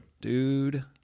Dude